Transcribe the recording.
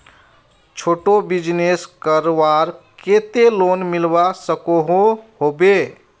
छोटो बिजनेस करवार केते लोन मिलवा सकोहो होबे?